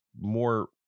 more